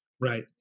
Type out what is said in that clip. Right